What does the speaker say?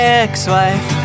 ex-wife